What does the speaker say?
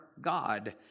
God